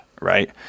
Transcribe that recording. right